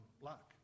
luck